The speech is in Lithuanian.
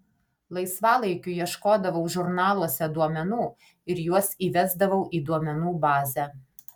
laisvalaikiu ieškodavau žurnaluose duomenų ir juos įvesdavau į duomenų bazę